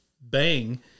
bang